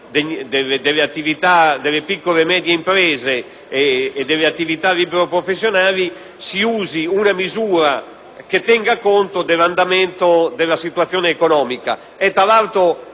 delle piccole e medie imprese e libero-professionali, si usi una misura che tenga conto dell'andamento della situazione economica. Tra l'altro,